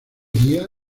día